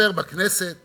חבר בכנסת